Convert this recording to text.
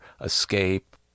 escape